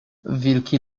wilki